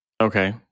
Okay